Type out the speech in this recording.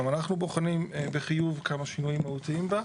גם אנחנו בוחנים בחיוב כמה שינויים מהותיים בה.